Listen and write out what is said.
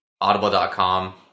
Audible.com